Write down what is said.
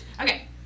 Okay